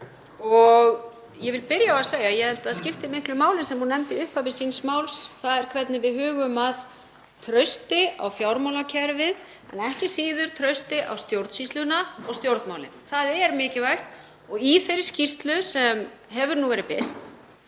Ég vil byrja á að segja að ég held að það skipti miklu máli sem hún nefndi í upphafi síns máls, þ.e. hvernig við hugum að trausti á fjármálakerfið en ekki síður trausti á stjórnsýsluna og stjórnmálin. Það er mikilvægt. Í þeirri skýrslu sem nú hefur verið birt